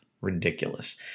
Ridiculous